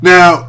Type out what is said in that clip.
Now